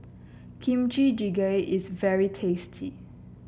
Kimchi Jjigae is very tasty